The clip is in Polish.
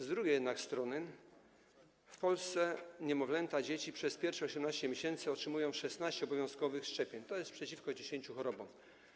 Z drugiej jednak strony w Polsce niemowlęta, dzieci przez pierwsze 18. miesięcy otrzymują 16 obowiązkowych szczepień przeciwko 10 chorobom.